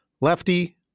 lefty